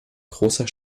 großer